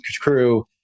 crew